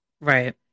Right